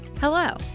Hello